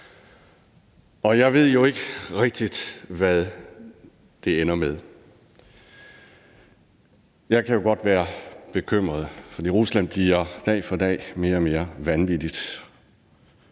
på. Jeg ved ikke rigtig, hvad det ender med. Jeg kan godt være bekymret, for Rusland bliver dag for dag mere og mere vanvittigt,